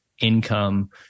income